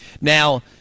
Now